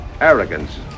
arrogance